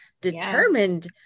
determined